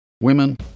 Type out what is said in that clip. women